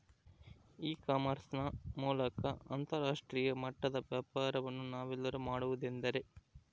E commerce ನ ಮೂಲಕ ಅಂತರಾಷ್ಟ್ರೇಯ ಮಟ್ಟದ ವ್ಯಾಪಾರವನ್ನು ನಾವೆಲ್ಲರೂ ಮಾಡುವುದೆಂದರೆ?